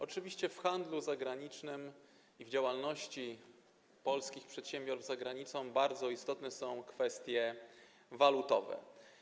Oczywiście w handlu zagranicznym i w działalności polskich przedsiębiorstw za granicą bardzo istotne są kwestie walutowe.